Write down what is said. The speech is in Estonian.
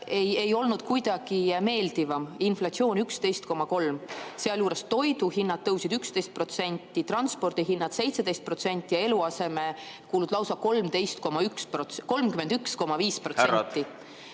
ei olnud kuidagi meeldivam – inflatsioon 11,3%. Sealjuures toidu hinnad tõusid 11%, transpordi hinnad 17% ja eluasemekulud lausa 31,5%.